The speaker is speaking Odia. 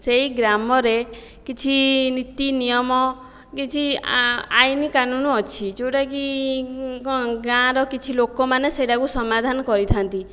ସେହି ଗ୍ରାମରେ କିଛି ନୀତି ନିୟମ କିଛି ଆଇନକାନୁନ ଅଛି ଯେଉଁଟାକି କ'ଣ ଗାଁର କିଛି ଲୋକମାନେ ସେଇଟାକୁ ସମାଧାନ କରିଥାନ୍ତି